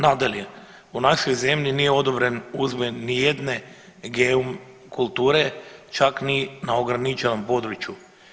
Nadalje u našoj zemlji nije odobren uzgoj ni jedne GMO kulture čak ni na ograničenom području.